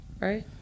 Right